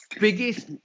biggest